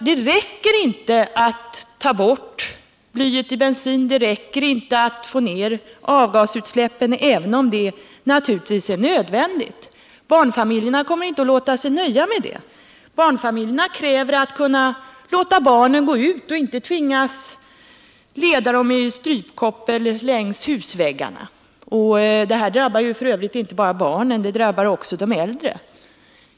Det räcker inte med att bara ta bort blyet ur bensinen och det räcker inte heller med att minska avgasutsläppen, även om detta naturligtvis är nödvändigt. Barnfamiljerna kommer inte att låta nöja sig med det. Barnfamiljerna kräver att de skall kunna låta barnen gå ut utan att tvingas leda dem i strypkoppel längs husväggarna. Det här problemet drabbar f. ö. inte bara barnen, utan det drabbar också de äldre.